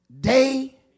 day